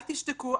אל תשתקו,